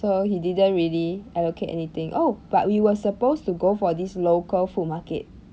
so he didn't really allocate anything oh but we were supposed to go for this local food market